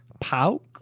Pauk